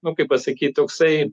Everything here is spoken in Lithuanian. nu kaip pasakyt toksai